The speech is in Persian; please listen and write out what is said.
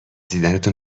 دیدنتون